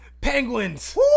Penguins